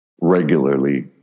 regularly